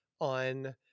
on